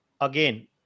again